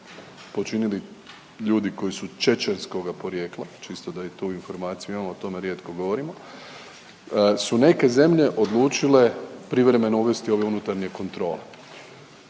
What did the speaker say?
počinili ljudi koji su čečenskoga porijekla, čisto da i tu informaciju imamo, o tome rijetko govorimo, su neke zemlje odlučile privremeno uvesti ove unutarnje kontrole.